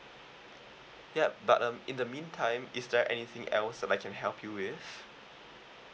yup but um in the mean time is there anything else I might can help you with